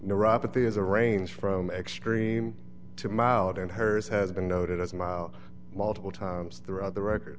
neuropathy is a range from extreme to mild and hers has been noted as mild multiple times throughout the record